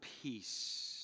peace